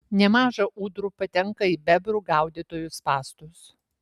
nemaža ūdrų patenka į bebrų gaudytojų spąstus